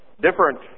different